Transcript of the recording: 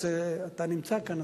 אתה נמצא כאן,